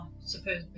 supposedly